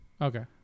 Okay